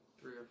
three